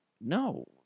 no